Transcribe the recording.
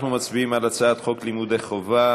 אנחנו מצביעים על הצעת חוק לימוד חובה